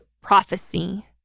prophecy